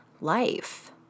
life